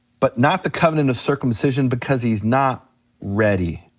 but not the covenant of circumcision because he's not ready.